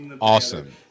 awesome